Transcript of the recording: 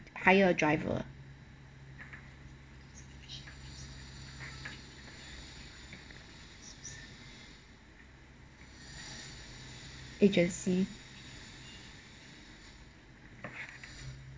hire a driver agency